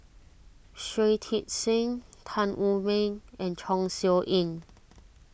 Shui Tit Sing Tan Wu Meng and Chong Siew Ying